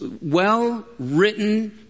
well-written